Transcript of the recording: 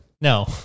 No